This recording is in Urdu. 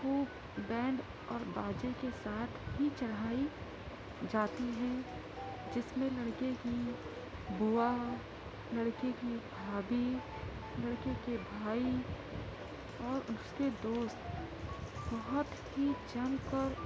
خوب بینڈ اور باجے کے ساتھ ہی چڑھائی جاتی ہے جس میں لڑکے کی بوا لڑکے کی بھابھی لڑکے کے بھائی اور اس کے دوست بہت ہی جم کر